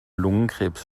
lungenkrebs